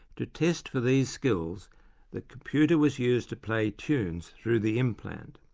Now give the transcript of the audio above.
to test for these skills the computer was used to play tunes through the implant.